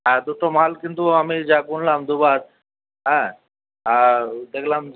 হ্যাঁ দুটো মাল কিন্তু আমি যা গুনলাম দুবার হ্যাঁ আর দেখলাম